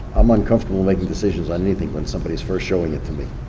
i'm uncomfortable making decisions on anything when somebody's first showing it to me,